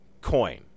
coin